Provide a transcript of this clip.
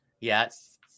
Yes